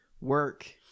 work